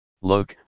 look